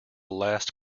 last